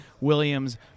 Williams